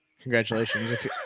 Congratulations